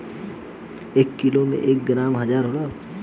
एक किलोग्राम में एक हजार ग्राम होला